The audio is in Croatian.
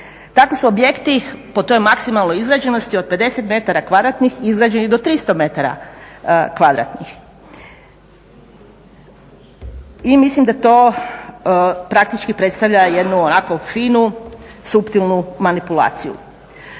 Tako su objekti po toj maksimalnoj izgrađenosti od 50 metara kvadratnih izgrađeni do 300 metara kvadratnih. No mislim da to praktički predstavlja jednu ovako finu suptilnu manipulaciju.